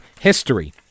history